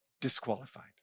disqualified